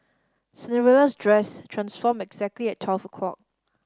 Cinderella's dress transformed exactly at twelve o'clock